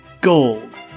Gold